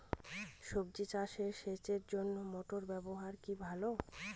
সবজি চাষে সেচের জন্য মোটর ব্যবহার কি ভালো?